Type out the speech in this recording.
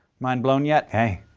mind blown, yet? hey,